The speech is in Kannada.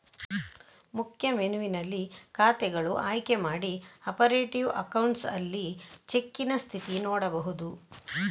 ಮುಖ್ಯ ಮೆನುವಿನಲ್ಲಿ ಖಾತೆಗಳು ಆಯ್ಕೆ ಮಾಡಿ ಆಪರೇಟಿವ್ ಅಕೌಂಟ್ಸ್ ಅಲ್ಲಿ ಚೆಕ್ಕಿನ ಸ್ಥಿತಿ ನೋಡ್ಬಹುದು